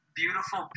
beautiful